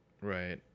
Right